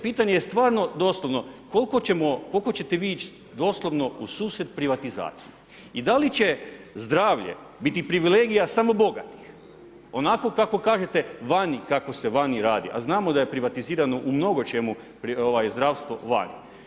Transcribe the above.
Pitanje je stvarno doslovno, koliko ćemo, koliko ćete vi ići doslovno u susret privatizaciji i da li će zdravlje biti privilegija samo bogatih, onako kako kažete vani, kako se vani radi, a znamo da je privatizirano u mnogo čemu zdravstvo vani.